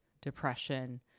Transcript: depression